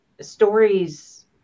stories